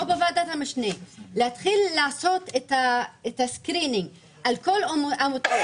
בוועדת המשנה לעשות ניתוח לכל עמותה,